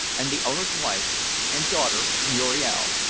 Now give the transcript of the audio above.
and the owner's wife and daughter muriel.